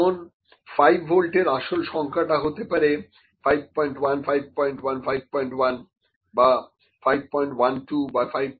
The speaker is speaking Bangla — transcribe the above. যেমন 5 ভোল্ট এর আসল সংখ্যাটা হতে পারে 5151 51 বা 512 বা 511 ইত্যাদি